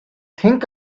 think